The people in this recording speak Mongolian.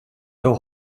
төв